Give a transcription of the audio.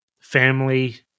family